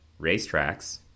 racetracks